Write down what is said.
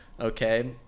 okay